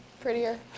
prettier